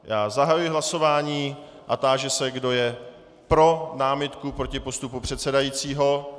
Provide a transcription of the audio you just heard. Já zahajuji hlasování a táži se, kdo je pro námitku proti postupu předsedajícího.